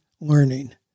learning